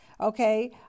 okay